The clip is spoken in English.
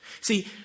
See